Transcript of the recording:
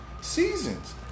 seasons